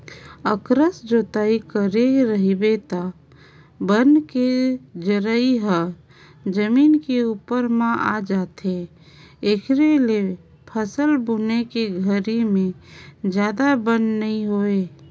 अकरस जोतई करे रहिबे त बन के जरई ह जमीन के उप्पर म आ जाथे, एखरे ले फसल बुने के घरी में जादा बन नइ होय